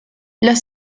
los